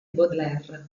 baudelaire